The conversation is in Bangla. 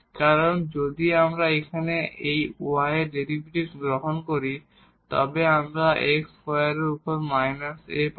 কারণ যদি আমরা এখানে এই y এর ডেরিভেটিভ গ্রহণ করি তবে আমরা x স্কোয়ারের উপরে মাইনাস A পাব